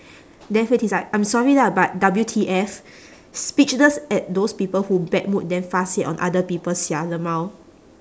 then hui ting is like I'm sorry lah but W_T_F speechless at those people who bad mood then fuss it on other people sia LMAO